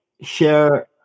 share